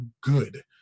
good